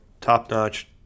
top-notch